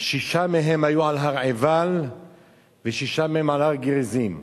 שישה מהם היו על הר-עיבל ושישה מהם על הר-גריזים,